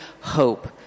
hope